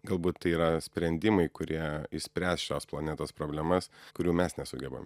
galbūt tai yra sprendimai kurie išspręs šios planetos problemas kurių mes nesugebam